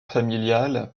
familiale